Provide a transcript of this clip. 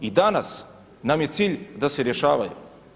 I danas nam je cilj da se rješavaju.